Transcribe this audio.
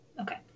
okay